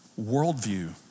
worldview